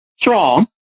strong